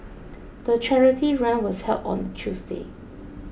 the charity run was held on a Tuesday